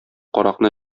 каракны